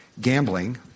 gambling